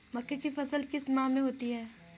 मक्के की फसल किस माह में होती है?